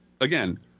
again